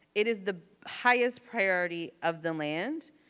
it is the highest priority of the land,